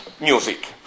music